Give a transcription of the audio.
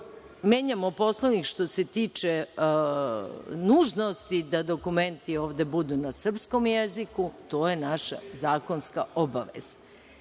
menjamo Poslovnik što se tiče nužnosti da dokumenti ovde budu na srpskom jeziku, to je naša zakonska obaveza.